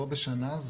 בשנה,